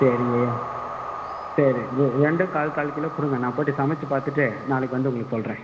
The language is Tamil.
சரிங்கய்யா சரி இது இது ரெண்டும் கால் கால் கிலோ கொடுங்க நான் போட்டு சமைத்து பார்த்துட்டு நாளைக்கு வந்து உங்களுக்குச் சொல்கிறேன்